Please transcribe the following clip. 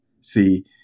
See